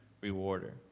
Rewarder